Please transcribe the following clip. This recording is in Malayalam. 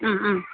മ്മ് മ്മ്